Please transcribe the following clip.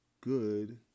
good